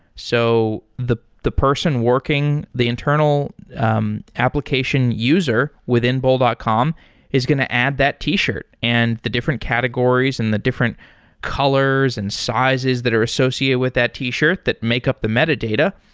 so the the person working the internal um application user within bol dot com is going to add that t-shirt and the different categories and the different colors and sizes that are associated with that t-shirt that make up the metadata,